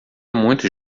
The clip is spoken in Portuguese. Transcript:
muito